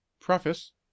Preface